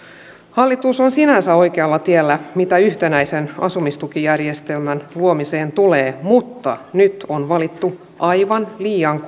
hallitus on sinänsä oikealla tiellä mitä yhtenäisen asumistukijärjestelmän luomiseen tulee mutta nyt on valittu aivan liian